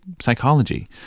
psychology